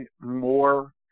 more